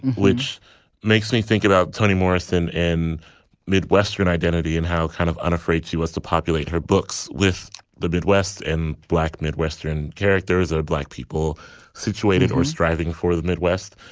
which makes me think about toni morrison and midwestern identity and how kind of unafraid she was to populate her books with the midwest and black midwestern characters or black people situated or striving for the midwest.